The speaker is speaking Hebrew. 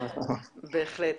בהחלט.